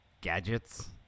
gadgets